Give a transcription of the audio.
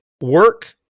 work